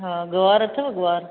हा गुआर अथव गुआर